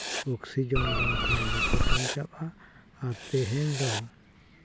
oxygen ᱵᱟᱝᱠᱷᱟᱱ ᱵᱟᱠᱚ ᱵᱟᱧᱪᱟᱟᱜᱼᱟ ᱟᱨ ᱛᱮᱦᱮᱧ ᱫᱚ